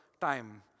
time